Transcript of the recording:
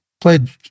played